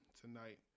tonight